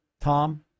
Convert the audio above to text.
Tom